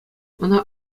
ӑна